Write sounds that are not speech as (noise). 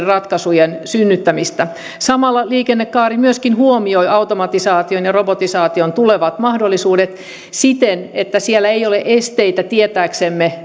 (unintelligible) ratkaisujen synnyttämistä samalla liikennekaari myöskin huomioi automatisaation ja robotisaation tulevat mahdollisuudet siten että siellä ei ole esteitä tietääksemme (unintelligible)